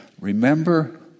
remember